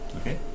Okay